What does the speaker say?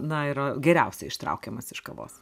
na yra geriausiai ištraukiamas iš kavos